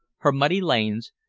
her muddy lanes,